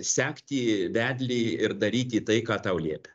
sekti vedlį ir daryti tai ką tau liepia